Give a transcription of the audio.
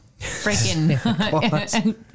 freaking